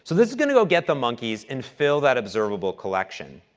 so this is going to go get the monkeys and fill that observable collection.